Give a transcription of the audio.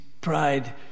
pride